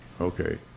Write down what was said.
okay